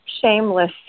shameless